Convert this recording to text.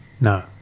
no